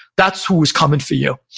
that's who was coming for you.